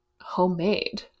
homemade